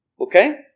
Okay